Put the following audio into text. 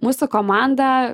mūsų komanda